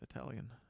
Italian